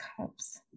cups